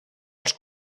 els